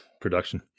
production